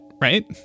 right